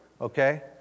okay